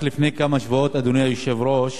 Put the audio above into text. רק לפני כמה שבועות, אדוני היושב-ראש,